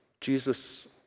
Jesus